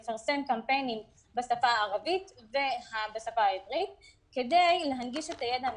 לפרסם קמפיינים בשפה הערבית והעברית כדי להנגיש את הידע המשפטי.